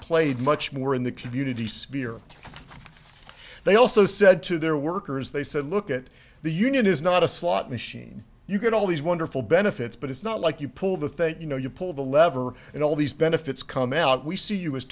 played much more in the community sphere they also said to their workers they said look at the union is not a slot machine you get all these wonderful benefits but it's not like you pull the thing that you know you pull the lever and all these benefits come out we see you